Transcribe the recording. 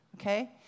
okay